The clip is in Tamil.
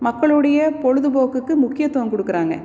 மக்களுடைய பொழுதுபோக்குக்கு முக்கியத்துவம் கொடுக்கறாங்க